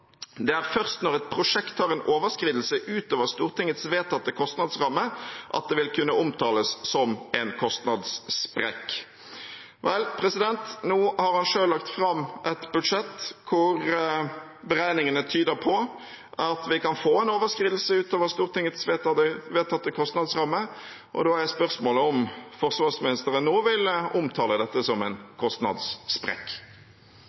er først når et prosjekt har en overskridelse utover Stortingets vedtatte kostnadsramme, at det vil kunne omtales som en kostnadssprekk.» Nå har han selv lagt fram et budsjett hvor beregningene tyder på at vi kan få en overskridelse som er utover Stortingets vedtatte kostnadsramme, og da er spørsmålet om forsvarsministeren nå vil omtale dette som